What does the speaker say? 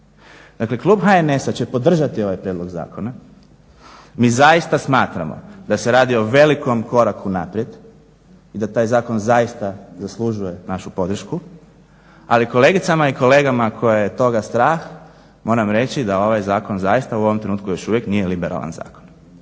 Dakle klub HNS-a će podržati ovaj prijedlog zakona, mi zaista smatramo da se radi o velikom koraku naprijed i da taj zakon zaista zaslužuje našu podršku, ali kolegicama i kolegama koje je toga strah moram reći da ovaj zakon zaista u ovom trenutku još uvijek nije liberalan zakon.